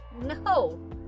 no